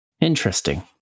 Interesting